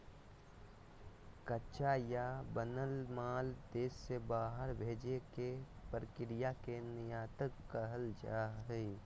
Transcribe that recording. कच्चा या बनल माल देश से बाहर भेजे के प्रक्रिया के निर्यात कहल जा हय